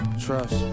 Trust